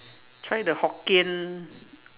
try the Hokkien